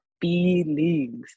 feelings